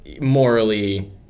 morally